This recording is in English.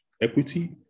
equity